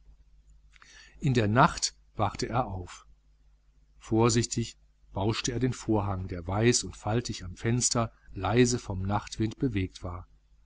in der nacht wachte er auf vorsichtig bauschte er den vorhang der weiß und faltig am fenster leise vom nachtwind bewegt war